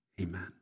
amen